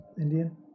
Indian